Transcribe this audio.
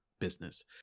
business